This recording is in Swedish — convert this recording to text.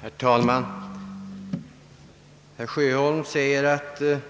Herr talman! Herr Sjöholm säger att ett